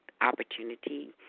opportunity